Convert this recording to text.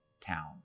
town